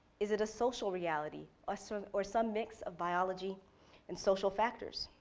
is it a social reality or sort of or some mix of biology and social factors?